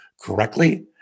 correctly